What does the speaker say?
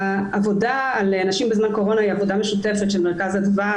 העבודה בנושא נשים בזמן קורונה היא עבודה משותפת של מרכז אדווה,